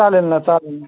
चालेल ना चालेल ना